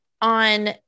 on